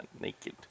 Naked